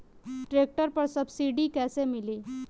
Tractor पर subsidy कैसे मिली?